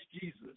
Jesus